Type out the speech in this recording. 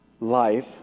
Life